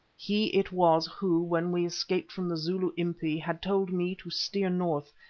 he it was who, when we escaped from the zulu impi, had told me to steer north,